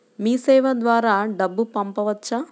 మీసేవ ద్వారా డబ్బు పంపవచ్చా?